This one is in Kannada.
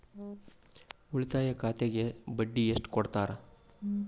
ಉಳಿತಾಯ ಖಾತೆಗೆ ಬಡ್ಡಿ ಎಷ್ಟು ಕೊಡ್ತಾರ?